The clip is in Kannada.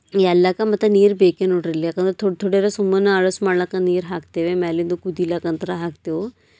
ಎಲ್ಲಕ್ಕ ಮತ್ತೆ ನೀರು ಬೇಕೇ ನೋಡಿರಿ ಇಲ್ಲಿ ಯಾಕಂದ್ರೆ ತೋಡ ತೋಡೀರ ಸುಮ್ಮನೆ ಆಲಸ ಮಾಡ್ಲಕ್ಕ ನೀರು ಹಾಕ್ತೀವಿ ಮ್ಯಾಲಿಂದ ಕುದಿಲಕ್ಕ ಅಂದ್ರೆ ಹಾಕ್ತೀವಿ